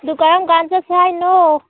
ꯑꯗꯨ ꯀꯔꯝ ꯀꯥꯟꯗ ꯆꯠꯁꯦ ꯍꯥꯏꯅꯣ